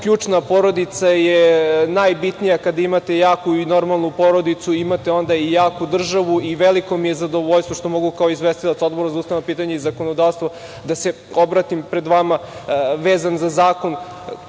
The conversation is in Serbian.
ključna, porodica jeste najbitnija. Kada imate jaku i normalnu porodicu, imate onda i jaku državu. Veliko mi je zadovoljstvo što mogu kao izvestilac Odbora za ustavna pitanja i zakonodavstvo da se obratim pred vama vezano za zakon